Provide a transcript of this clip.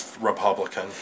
Republican